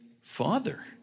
Father